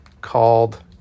called